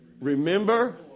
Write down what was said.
Remember